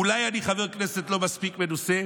אולי אני חבר כנסת לא מספיק מנוסה,